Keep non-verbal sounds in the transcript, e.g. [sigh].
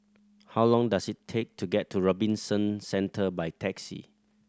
how long does it take to get to Robinson [unintelligible] Centre by taxi